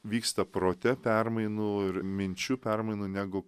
vyksta prote permainų ir minčių permainų negu